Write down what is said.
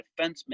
defenseman